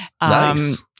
Nice